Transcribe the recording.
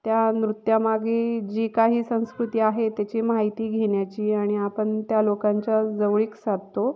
त्या नृत्यामागे जी काही संस्कृती आहे त्याची माहिती घेण्याची आणि आपण त्या लोकांच्या जवळीक साधतो